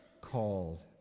called